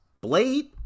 Blade